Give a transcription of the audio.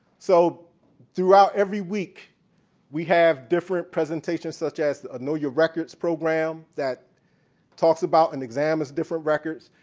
so throughout every week we have different presentations such as a know your records program that talks about and examines different records.